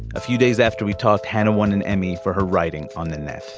a few days after we talked hannah won an emmy for her writing on the